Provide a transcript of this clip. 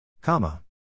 Comma